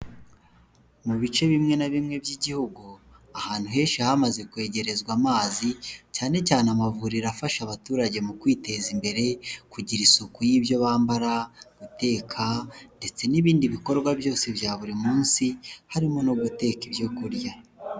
Mu bice bimwe na bimwe by'igihugu, ahantu henshi hamaze kwegerezwa amazi, cyane cyane amavuriro afasha abaturage mu kwiteza imbere, kugira isuku y'ibyo bambara, guteka ndetse n'ibindi bikorwa byose bya buri munsi, harimo no guteka ibyo kurya.